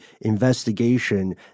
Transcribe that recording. investigation